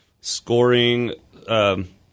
scoring